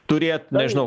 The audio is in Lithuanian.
turėt nežinau